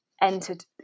Entered